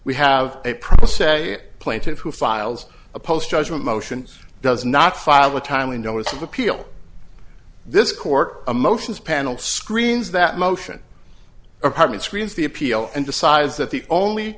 we have a promise a plaintiffs who files a post judgment motions does not file a timely notice of appeal this court emotions panel screens that motion apartment screens the appeal and decides that the only